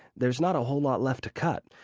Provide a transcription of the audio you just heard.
there's not a whole lot left to cut.